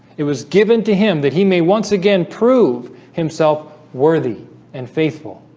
it was given to him that he may once again prove himself worthy and faithful